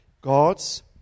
God's